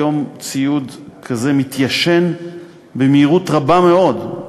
היום ציוד כזה מתיישן במהירות רבה מאוד,